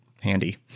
handy